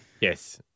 Yes